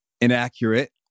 inaccurate